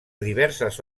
diverses